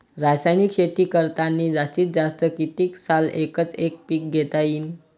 रासायनिक शेती करतांनी जास्तीत जास्त कितीक साल एकच एक पीक घेता येईन?